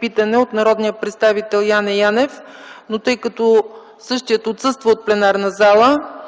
питане и от народния представител Яне Янев, но тъй като същият отсъства от пленарната зала,